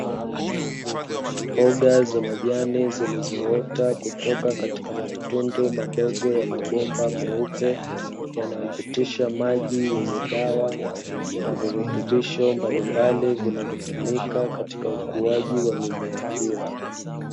Mboga za majani zilizoota kutoka katika matundu madogo ya mabomba meupe yanayopitisha maji yenye dawa na virutubisho mbalimbali vinavyotumika katika ukuaji wa mimea hiyo.